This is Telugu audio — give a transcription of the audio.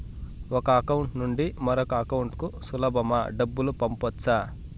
ఒక అకౌంట్ నుండి మరొక అకౌంట్ కు సులభమా డబ్బులు పంపొచ్చా